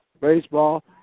baseball